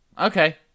Okay